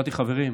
אמרתי: חברים,